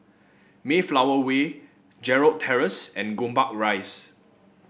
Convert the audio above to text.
Mayflower Way Gerald Terrace and Gombak Rise